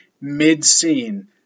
mid-scene